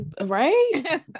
right